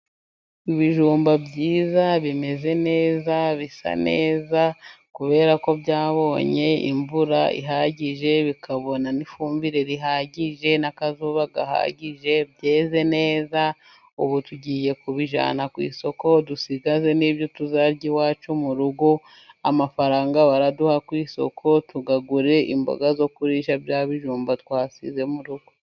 Ibijumba byiza bimeze neza bisa neza, kubera ko byabonye imvura ihagije bikabona n'ifumbire ihagije n'akazuba gahagije, byeze neza ubu tugiye kubijyana ku isoko dusigaze n'ibyo tuzarya iwacu mu rugo. Amafaranga baraduha ku isoko, tuyagure imboga zo kurisha bya bijumba twasize mu rugo.